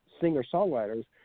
singer-songwriters